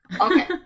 Okay